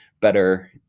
better